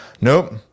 Nope